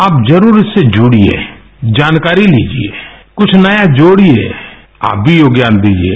आप जरूर इससे जुड़िये जानकारी लिजिये कुछ नया जोड़िये आप भी योगदान दीजिये